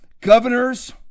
governors